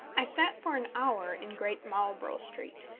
i sat for an hour in great marlborough street,